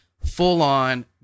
full-on